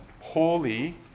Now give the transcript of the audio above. holy